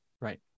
Right